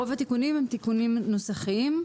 רוב התיקונים הם תיקונים נוסחיים.